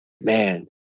man